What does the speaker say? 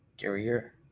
career